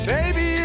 Baby